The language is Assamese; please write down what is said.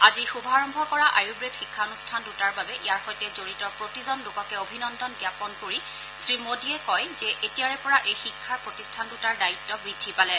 আজি শুভাৰম্ভ কৰা আয়ুৰ্বেদ শিক্ষানুষ্ঠান দুটাৰ বাবে ইয়াৰ সৈতে জড়িত প্ৰতিজন লোককে অভিনন্দন জাপন কৰি শ্ৰীমোদীয়ে কয় যে এতিয়াৰে পৰা এই শিক্ষা প্ৰতিষ্ঠান দুটাৰ দায়িত্ব বৃদ্ধি পালে